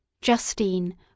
Justine